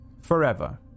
forever